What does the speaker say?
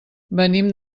venim